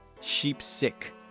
sheep-sick